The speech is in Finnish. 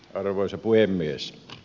arvoisa puhemies